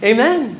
Amen